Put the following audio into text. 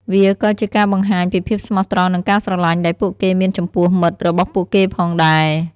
វាក៏ជាការបង្ហាញពីភាពស្មោះត្រង់និងការស្រលាញ់ដែលពួកគេមានចំពោះមិត្តរបស់ពួកគេផងដែរ។